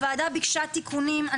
הוועדה ביקשה תיקונים.